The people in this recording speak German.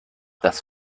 das